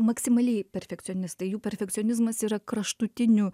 maksimaliai perfekcionistai jų perfekcionizmas yra kraštutiniu